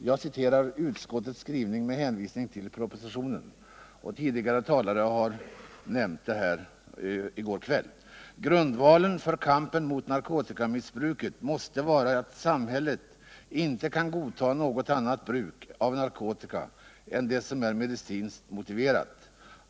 Jag citerar utskottets skrivning med hänvisning till propositionen — tidigare talare nämnde den i går kväll: ”Grundvalen för kampen mot narkotikamissbruket måste vara att samhället inte kan godta något annat bruk av narkotikan än det som är medicinskt motiverat.